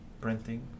printing